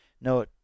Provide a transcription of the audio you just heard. No